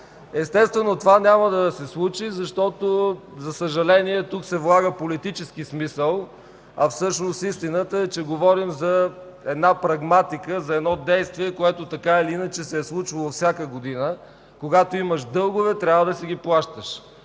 Естествено, това няма да се случи, защото за съжаление тук се влага политически смисъл, а всъщност истината е, че говорим за прагматика, за едно действие, което се е случвало всяка година. Когато имаш дългове, трябва да си ги плащаш.